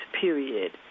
period